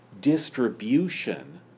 distribution